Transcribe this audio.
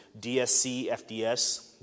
DSCFDS